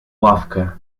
ławkę